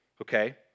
okay